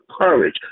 courage